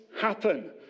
happen